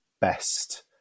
best